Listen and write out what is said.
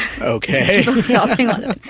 Okay